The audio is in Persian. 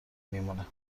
میمونه